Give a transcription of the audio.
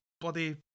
bloody